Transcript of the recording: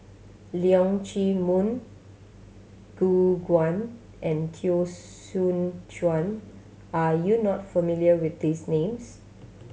Leong Chee Mun Gu Juan and Teo Soon Chuan are you not familiar with these names